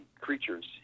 creatures